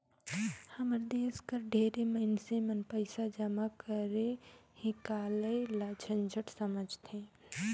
हमर देस कर ढेरे मइनसे मन पइसा जमा करई हिंकलई ल झंझट समुझथें